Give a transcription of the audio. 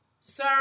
sir